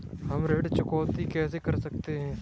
हम ऋण चुकौती कैसे कर सकते हैं?